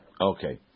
Okay